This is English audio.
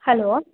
hello